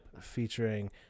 Featuring